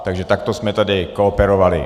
Takže takto jsme tady kooperovali.